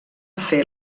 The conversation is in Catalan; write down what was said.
fer